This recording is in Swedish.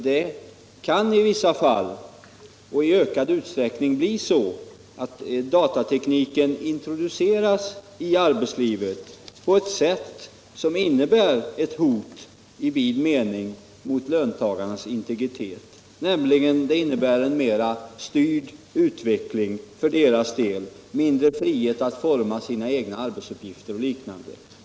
Det kan i många fall och i ökad utsträckning bli så att datatekniken introduceras i arbetslivet på ett sätt som i vid mening innebär ett hot mot löntagarnas integritet, nämligen en mera styrd utveckling för deras del, mindre frihet att forma sina egna arbetsuppgifter och liknande.